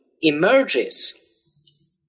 emerges